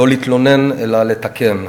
לא להתלונן, אלא לתקן.